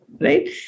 right